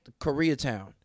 Koreatown